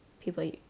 people